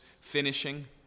finishing